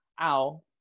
ow